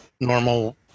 normal